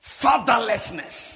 fatherlessness